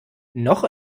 noch